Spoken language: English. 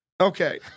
Okay